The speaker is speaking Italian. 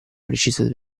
precisa